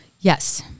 Yes